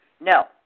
No